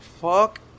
Fuck